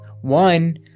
One